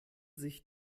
sich